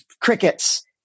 crickets